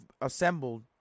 assembled